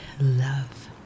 love